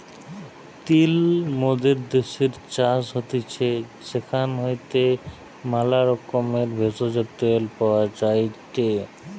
তিল মোদের দ্যাশের চাষ হতিছে সেখান হইতে ম্যালা রকমের ভেষজ, তেল পাওয়া যায়টে